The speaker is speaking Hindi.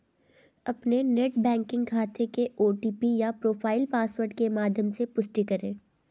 अपने नेट बैंकिंग खाते के ओ.टी.पी या प्रोफाइल पासवर्ड के माध्यम से पुष्टि करें